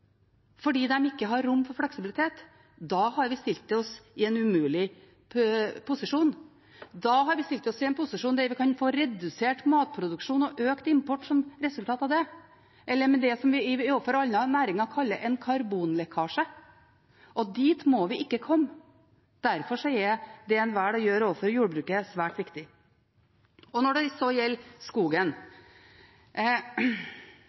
fordi de ikke har rom for fleksibilitet, har vi stilt oss i en umulig posisjon, da har vi stilt oss i en posisjon der vi kan få redusert matproduksjon og økt import som resultat av det – eller det som vi overfor andre næringer kaller en karbonlekkasje. Dit må vi ikke komme. Derfor er det en velger å gjøre overfor jordbruket, svært viktig. Når det gjelder skogen: